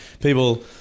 people